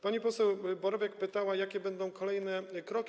Pani poseł Borowiak pytała, jakie będą kolejne kroki.